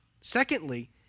secondly